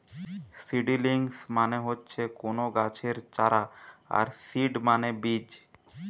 seedlings মানে হচ্ছে কুনো গাছের চারা আর সিড মানে বীজ